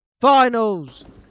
finals